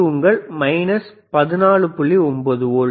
9 volt